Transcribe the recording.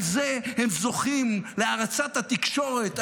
על זה הם זוכים להערצת התקשורת,